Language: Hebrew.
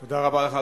תודה רבה לך,